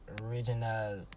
original